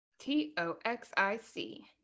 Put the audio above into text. T-O-X-I-C